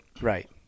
Right